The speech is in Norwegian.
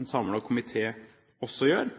en samlet komité også gjør.